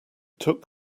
took